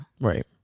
Right